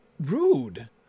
rude